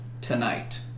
tonight